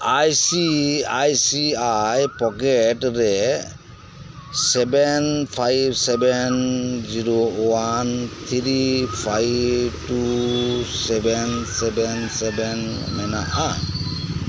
IC I C I pocket ᱨᱮ seven five seven zero one three five two seven seven seven ᱢᱮᱱᱟᱜᱼᱟ